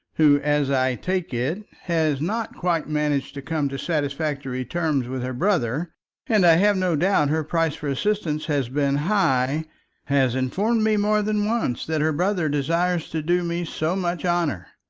who, as i take it, has not quite managed to come to satisfactory terms with her brother and i have no doubt her price for assistance has been high has informed me more than once that her brother desires to do me so much honour.